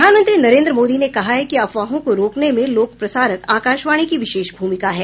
प्रधानमंत्री नरेन्द्र मोदी ने कहा है कि अफवाहों को रोकने में लोक प्रसारक आकाशवाणी की विशेष भूमिका है